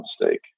mistake